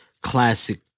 classic